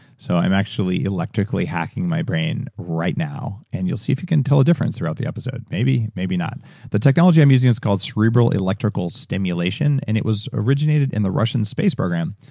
so i'm actually electrically hacking my brain right now, and you'll see if you can tell the difference throughout the episode. maybe, maybe not the technology i'm using is called cerebral electrical stimulation, and it was originated in the russian space program,